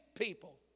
people